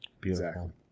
Beautiful